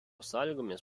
sąlygomis